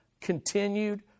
continued